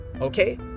Okay